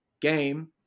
game